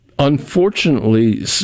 Unfortunately